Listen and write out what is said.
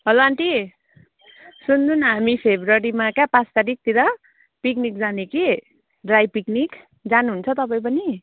hello aunty सुन्नुन हामी फब्रुुअरीमा क्या पाँच तारिखतिर पिकनिक जाने कि ड्राई पिकनिक जानु हुन्छ तपाईँ पनि